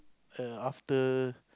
err after